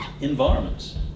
environments